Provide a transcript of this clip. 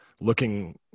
looking